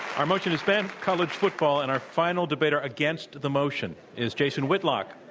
our motion is ban college football, and our final debater against the motion is jason whitlock.